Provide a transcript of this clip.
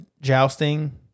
jousting